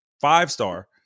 five-star